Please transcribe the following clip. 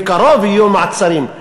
בקרוב יהיו מעצרים.